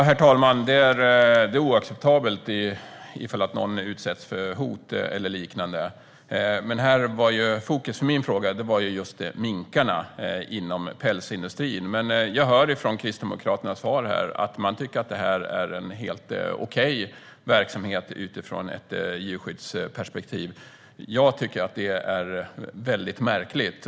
Herr talman! Det är oacceptabelt om någon utsätts för hot eller liknande. Men det som var i fokus i min fråga var minkarna inom pälsindustrin. Jag hör av Kristdemokraternas svar att man tycker att det här är en helt okej verksamhet utifrån ett djurskyddsperspektiv. Jag tycker att det är väldigt märkligt.